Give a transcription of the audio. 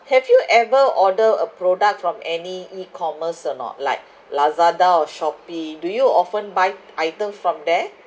have you ever order a product from any ecommerce or not like lazada or Shopee do you often buy items from there